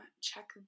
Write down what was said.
check